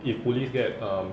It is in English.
if police get um